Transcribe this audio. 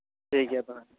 ᱴᱷᱤᱠᱜᱮᱭᱟ ᱛᱚᱵᱮ